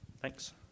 Thanks